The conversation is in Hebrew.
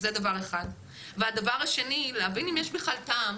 דבר שני, להבין אם יש בכלל טעם.